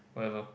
whatever